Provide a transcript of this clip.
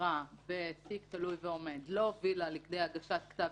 חקירה בתיק תלוי ועומד לא הובילה לכדי הגשת כתב